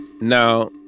Now